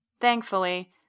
Thankfully